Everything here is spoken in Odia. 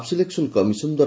flu selection commission the